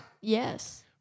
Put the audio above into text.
Yes